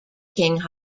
king